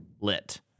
lit